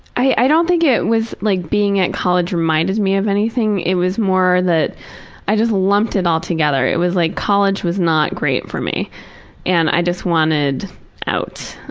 i don't think it was like being in college reminded me of anything, it was more that i just lumped it all together. it was like college was not great for me and i just wanted out,